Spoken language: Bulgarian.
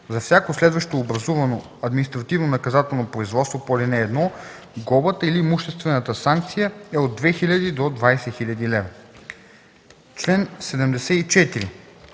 За всяко следващо образувано административнонаказателно производство по ал. 1 глобата или имуществената санкция е от 2000 до 20 000 лв.” По чл.